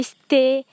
stay